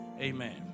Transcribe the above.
Amen